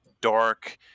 dark